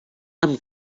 amb